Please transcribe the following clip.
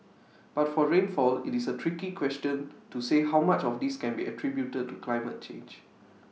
but for rainfall IT is A tricky question to say how much of this can be attributed to climate change